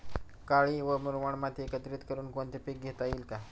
काळी व मुरमाड माती एकत्रित करुन कोणते पीक घेता येईल का?